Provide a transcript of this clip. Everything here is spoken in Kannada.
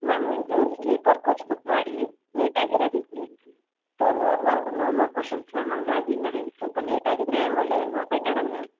ಮ್ಯಾಮ್ ಇದು ಸ್ಲೀಪರ್ ಕೋಚ್ ಬುಕ್ ಮಾಡಿ ನೀಟಾಗಿ ಇರೋದ್ ಇರಲಿ so nor more no more questions ma'am ಹಂಗಾಗಿ ನನಗ್ ಸ್ವಲ್ಪ ನೀಟಾಗಿ ಇದ್ದರೆ ಒಳ್ಳೆದು ಅಲ್ವಾ ಬೆಟರ್ ಅಲ್ವಾ